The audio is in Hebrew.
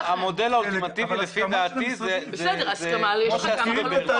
המודל האולטימטיבי הוא כפי שעשו בבאר